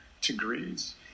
degrees